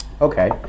Okay